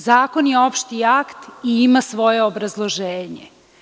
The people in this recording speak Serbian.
Zakon je opšti akti i ima svoje obrazloženje.